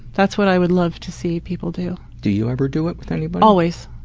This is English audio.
that's what i would love to see people do. do you ever do it with anybody? always!